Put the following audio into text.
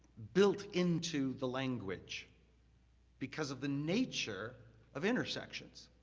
built into the language because of the nature of intersections.